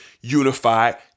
unified